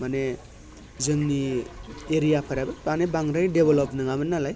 माने जोंनि एरियाफोराबो मानि बांद्राय डेभेलप नङामोननालाय